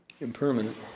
Impermanent